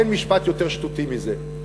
אין משפט יותר שטותי מזה.